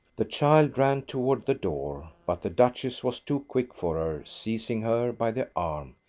the child ran toward the door, but the duchess was too quick for her, seizing her by the arm.